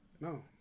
No